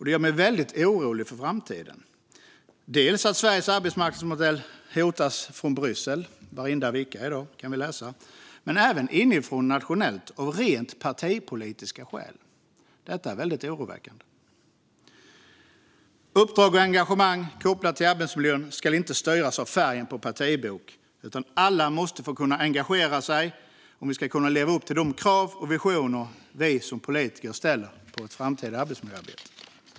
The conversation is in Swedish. Det gör mig orolig för framtiden, för Sveriges arbetsmarknadsmodell hotas dels från Bryssel - det kan vi läsa om varenda vecka - dels inifrån, nationellt, av rent partipolitiska skäl. Det är väldigt oroväckande. Uppdrag och engagemang kopplade till arbetsmiljön ska inte styras av färgen på partibok, utan alla måste få engagera sig om vi ska kunna leva upp till de krav vi politiker ställer på och de visioner vi har för det framtida arbetsmiljöarbetet.